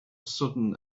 sudden